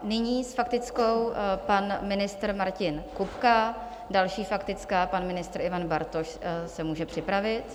Nyní s faktickou pan ministr Martin Kupka, další faktická, pan ministr Ivan Bartoš, se může připravit.